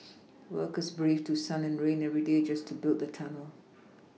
workers braved through sun and rain every day just to build the tunnel